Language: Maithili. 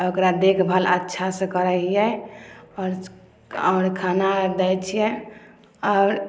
ओकरा देखभाल अच्छासे करै हिए आओर आओर खाना दै छिए आओर